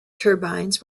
turbines